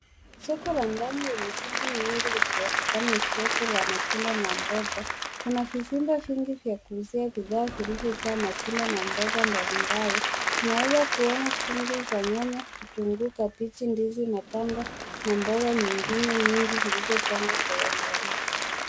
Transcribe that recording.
Soko la ndani lenye shughuli nyingi ikiwezekana ni soko la matunda na mboga. Kuna vizimba vingi vya kuuzia bidhaa vilivyojaa matunda na mboga mbalimbali. Tunaweza kuona chunky za nyanya, vitunguu, kabichi na kando ni mboga zingine nyingi zilizopangwa kwa uangalifu.